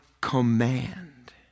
command